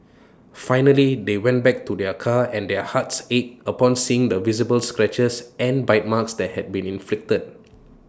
finally they went back to their car and their hearts ached upon seeing the visible scratches and bite marks that had been inflicted